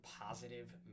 positive